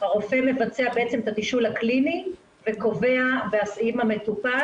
הרופא מבצע את התשאול הקליני וקובע עם המטופל